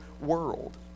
world